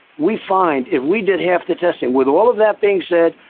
we find if we did half the testing, with all of that being said,